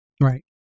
right